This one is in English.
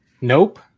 Nope